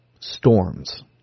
storms